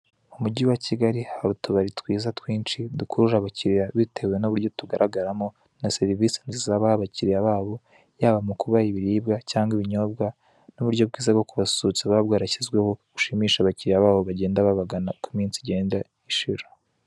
Umujyi wa Kigali haba utubari twiza twinshi dukurura abakiriya bitewe n'uburyo tugaragaramo na serivisi nziza baha abakiriya babo, yaba mu kubaha ibiribwa cyangwa ibinyobwa n'uburyo bwiza bwo kubasusurutsa buba bwarashyizweho, bushimisha abakiriya babo bagenda babagana uko iminsi igenda ishira.